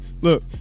look